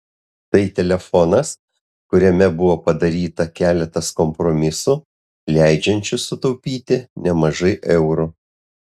tai telefonas kuriame buvo padaryta keletas kompromisų leidžiančių sutaupyti nemažai eurų